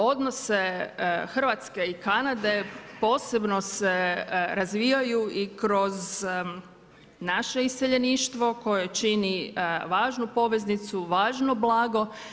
Odnose Hrvatske i Kanade posebno se razvijaju i kroz naše iseljeništvo koje čini važnu poveznicu, važno blago.